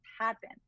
happen